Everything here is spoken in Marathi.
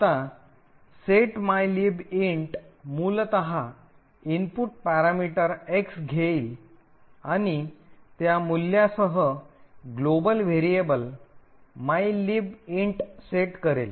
आता set mylib int मूलत इनपुट पॅरामीटर X घेईल आणि त्या मूल्यासह जागतिक व्हेरिएबल mylib int सेट करेल